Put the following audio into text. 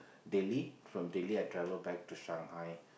Delhi from Delhi I travelled back to Shanghai